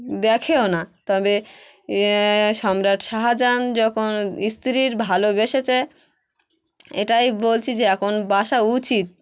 দেখেও না তবে সম্রাট শাহাজান যখন স্তিরির ভালোবেসেছে এটাই বলছি যে এখন বাসা উচিত